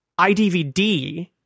idvd